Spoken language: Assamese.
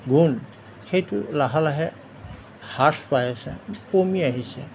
গুণ সেইটো লাহে লাহে হ্ৰাস পাই আহিছে কমি আহিছে